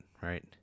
right